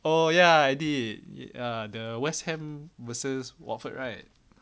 oh ya I did err the west ham versus watford right